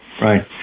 Right